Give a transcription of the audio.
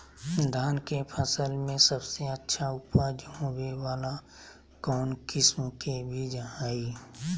धान के फसल में सबसे अच्छा उपज होबे वाला कौन किस्म के बीज हय?